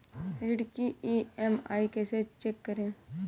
ऋण की ई.एम.आई कैसे चेक करें?